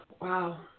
Wow